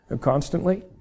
Constantly